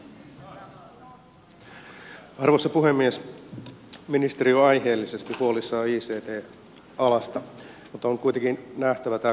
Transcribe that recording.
ministeri on aiheellisesti huolissaan ict alasta mutta on kuitenkin nähtävä tämä kokonaisuus